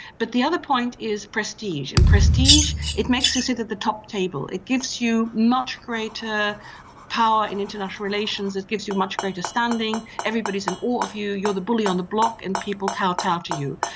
but the other point is prestige, and prestige, it makes you sit at the top table, it gives you much greater power in international relations, it gives you much greater standing, everybody is in awe of you, you're the bully on the block and people kowtow to you.